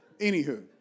Anywho